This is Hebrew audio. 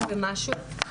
זה 200 ומשהו,